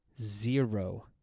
zero